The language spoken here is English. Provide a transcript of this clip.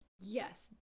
yes